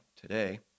today